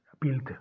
built